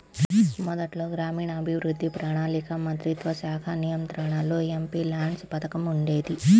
మొదట్లో గ్రామీణాభివృద్ధి, ప్రణాళికా మంత్రిత్వశాఖ నియంత్రణలో ఎంపీల్యాడ్స్ పథకం ఉండేది